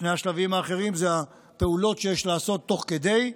שני השלבים האחרים זה הפעולות שיש לעשות תוך כדי,